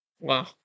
Wow